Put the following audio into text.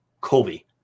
Colby